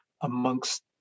amongst